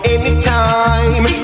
Anytime